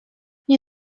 nie